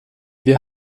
wir